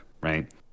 right